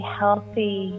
healthy